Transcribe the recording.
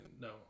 No